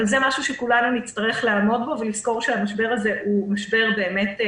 אבל זה משהו שכולנו נצטרך לעמוד בו ולזכור שהמשבר הזה הוא זמני.